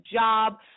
job